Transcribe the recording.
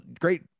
great